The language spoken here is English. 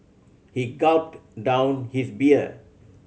he gulped down his beer